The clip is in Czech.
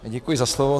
Děkuji za slovo.